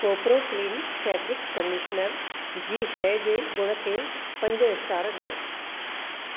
कोपिरो clean fabric conditioner जी शइ जे गुण खे पंज स्टार ॾियो